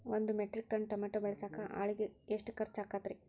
ಒಂದು metric ton tomato ಬೆಳಸಾಕ್ ಆಳಿಗೆ ಎಷ್ಟು ಖರ್ಚ್ ಆಕ್ಕೇತ್ರಿ?